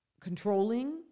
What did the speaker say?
controlling